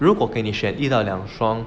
如果给你选一到两双